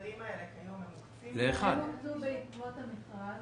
הם יוקצו בעקבות המכרז.